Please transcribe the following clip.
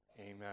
Amen